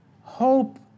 Hope